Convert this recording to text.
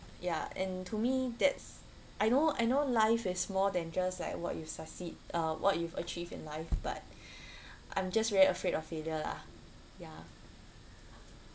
ya and to me that's I know I know life is more than just like what you succeed uh what you've achieved in life but I'm just very afraid of failure lah ya